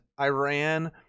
Iran